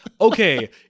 Okay